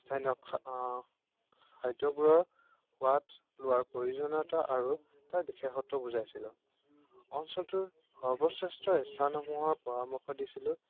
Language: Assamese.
স্থানীয় খাদ্যবোৰৰ সোৱাদ লোৱাৰ প্ৰয়োজনীয়তা আৰু তাৰ বিশেষত্ব বুজাইছিলোঁ অঞ্চলটোৰ সৰ্বশ্ৰেষ্ঠ পৰামৰ্শ দিছিলোঁ